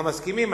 אנחנו מסכימים,